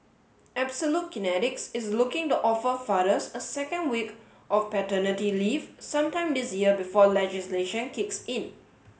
absolute Kinetics is looking to offer fathers a second week of paternity leave sometime this year before legislation kicks in